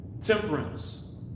Temperance